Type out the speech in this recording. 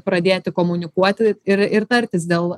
pradėti komunikuoti ir ir tartis dėl